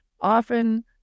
often